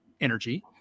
energy